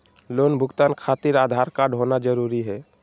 Loan भुगतान खातिर Aadhaar card होना जरूरी है?